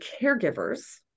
caregivers